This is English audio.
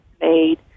made